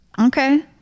Okay